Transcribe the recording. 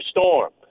Storm